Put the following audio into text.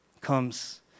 comes